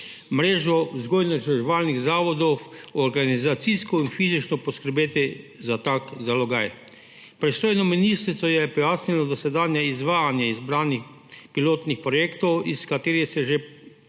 mreži vzgojno-izobraževalnih zavodov organizacijsko in fizično poskrbeti za tak zalogaj. Pristojno ministrstvo je pojasnilo dosedanje izvajanje izbranih pilotnih projektov, iz katerih se že